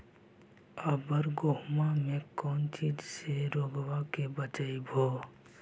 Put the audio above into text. अबर गेहुमा मे कौन चीज के से रोग्बा के बचयभो?